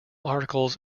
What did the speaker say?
articles